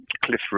Cliff